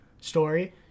story